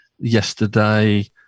Yesterday